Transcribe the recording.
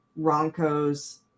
Ronco's